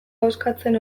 ahoskatzen